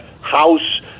house